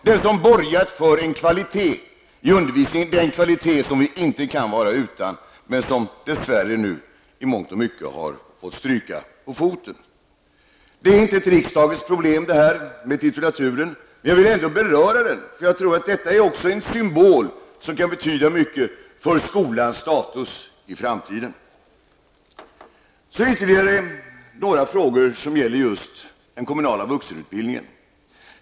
Det borgar för en kvalitet som vi inte kan vara utan men som dess värre nu i mångt och mycket har fått stryka på foten. Det här med titulaturen är ju inte riksdagens problem, men jag vill ändå beröra den för jag tror att det är en symbol som kan betyda mycket för skolans status i framtiden. Så ytterligare några frågor som gäller den kommunala vuxenutbildningen.